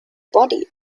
body